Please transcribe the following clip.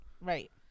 Right